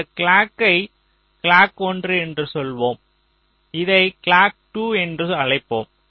இந்த கிளாக்கை கிளாக் 1 என்று சொல்வோம் இதை கிளாக் 2 என்று அழைப்போம்